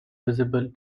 visible